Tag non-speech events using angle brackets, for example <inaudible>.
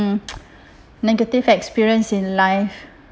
<noise> negative experience in life